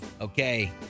Okay